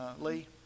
Lee